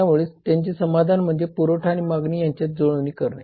त्यामुळे याचे समाधान म्हणजे पुरवठा आणि मागणी यांची जुळवणी करणे